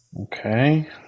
Okay